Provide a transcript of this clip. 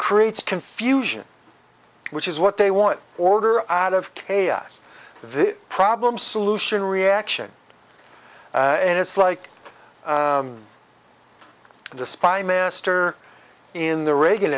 creates confusion which is what they want order out of chaos the problem solution reaction and it's like the spine master in the reagan